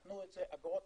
החברת